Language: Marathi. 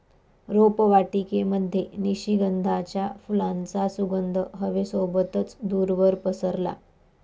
रोपवाटिकेमध्ये निशिगंधाच्या फुलांचा सुगंध हवे सोबतच दूरवर पसरला